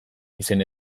izen